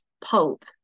pulp